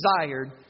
desired